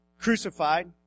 crucified